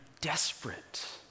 desperate